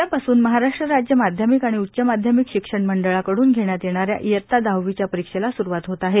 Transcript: उदयापासून महाराष्ट्र राज्य माध्यमिक आणि उच्च माध्यमिक शिक्षण मंडळाकडून घेण्यात येणाऱ्या इयत्ता दहावीच्या परीक्षेला सुरुवात होत आहे